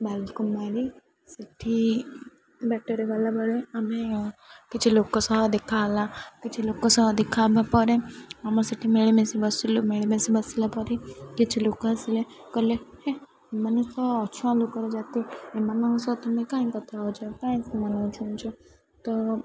ବାଲ୍କୁମାରି ସେଠି ବାଟରେ ଗଲା ବଳେ ଆମେ କିଛି ଲୋକ ସହ ଦେଖା ହେଲା କିଛି ଲୋକ ସହ ଦେଖା ହେବା ପରେ ଆମେ ସେଠି ମିଳିମିଶି ବସିଲୁ ମିଳିମିଶି ବସିଲା ପରେ କିଛି ଲୋକ ଆସିଲେ କଲେ ହେ ଏମାନେ ତ ଅଛୁଆଁ ଲୋକର ଜାତି ଏମାନଙ୍କ ସହ ତମେ କାଇଁ କଥା ହେଉଛ କାଇଁ ସେମାନେଙ୍କୁ ଛୁଁଉଛ ତ